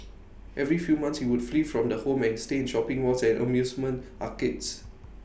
every few months he would flee from the home and stay in shopping malls and amusement arcades